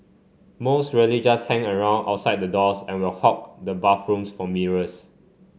most really just hang around outside the doors and will hog the bathrooms for mirrors